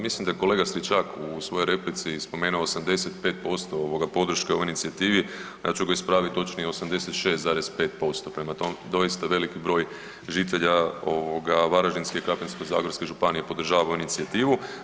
Mislim da je kolega Stričak u svojoj replici spomenuo 85% ovoga podrške ovoj inicijativi, ja ću ga ispraviti točnije 86,5% prema tome doista veliki broj žitelja ovoga Varaždine i Krapinsko-zagorske županije podržava ovu inicijativu.